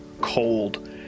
cold